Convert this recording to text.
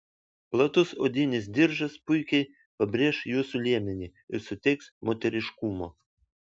platus odinis diržas puikiai pabrėš jūsų liemenį ir suteiks moteriškumo